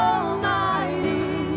Almighty